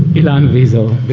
ilan wiesel. but